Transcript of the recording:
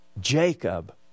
Jacob